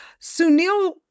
Sunil